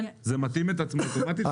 זה מתאים את עצמו אוטומטית?